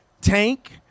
Tank